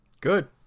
good